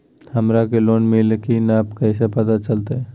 हमरा के लोन मिल्ले की न कैसे पता चलते?